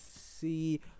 see